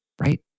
right